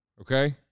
okay